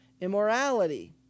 immorality